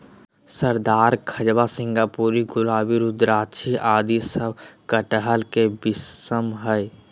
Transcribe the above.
रसदार, खजवा, सिंगापुरी, गुलाबी, रुद्राक्षी आदि सब कटहल के किस्म हय